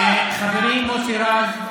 חברי מוסי רז,